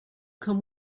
come